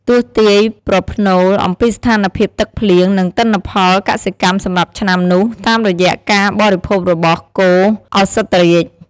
ទស្សន៍ទាយប្រផ្នូល អំពីស្ថានភាពទឹកភ្លៀង និងទិន្នផលកសិកម្មសម្រាប់ឆ្នាំនោះ តាមរយៈការបរិភោគរបស់ គោឧសភរាជ។